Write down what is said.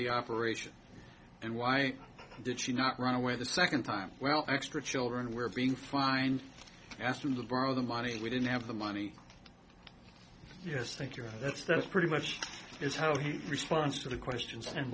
the operation and why did she not run away the second time well extra children were being fined asked to borrow the money we didn't have the money yes thank you that's that's pretty much is how he responds to the questions and